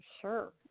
Sure